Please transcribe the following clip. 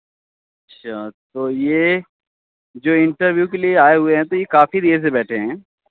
अच्छा तो यह जो इंटरव्यू के लिए आए हुए हैं काफी देर से बैठे हुए हैं